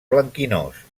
blanquinós